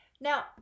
Now